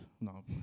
no